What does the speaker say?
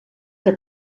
que